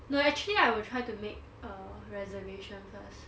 no actually I will try to make a reservation first